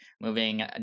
moving